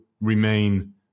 remain